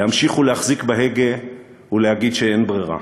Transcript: להמשיך ולהחזיק בהגה ולהגיד שאין ברירה.